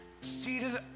seated